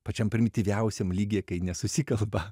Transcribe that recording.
pačiam primityviausiam lygyje kai nesusikalba